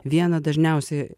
vieną dažniausiai